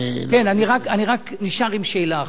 אני רק נשאר עם שאלה אחת.